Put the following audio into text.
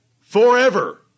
forever